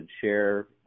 share